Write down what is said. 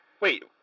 wait